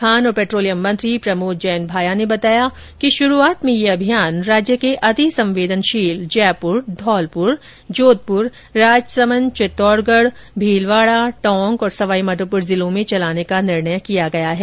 खान और पेट्रोलियम मंत्री प्रमोद जैन भाया ने बताया कि शुरूआत में यह अभियान राज्य के अति संवेदनशील जयपुर धौलपुर जोधपुर राजसमंद चित्तोड़गढ़ भीलवाड़ा टोंक और सवाई माधोपुर जिलों में चलाने का निर्णय किया गया है